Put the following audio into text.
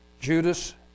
Judas